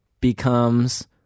becomes